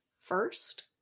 first